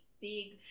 big